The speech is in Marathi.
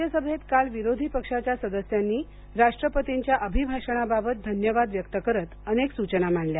राज्यसभेत काल विरोधी पक्षाच्या सदस्यांनी राष्ट्रपतींच्या अभिभाषणाबाबत धन्यवाद व्यक्त करत अनेक सूचना मांडल्या